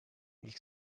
ilk